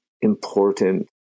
important